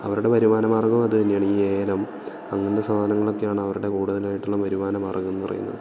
അവരുടെ വരുമാന മാർഗ്ഗവും അത് തന്നെയാണ് ഈ ഏലം അങ്ങനെത്തെ സാധനങ്ങളൊക്കെയാണ് അവരുടെ കൂടുതലായിട്ടുള്ള വരുമാനമാർഗ്ഗം എന്ന് പറയുന്നത്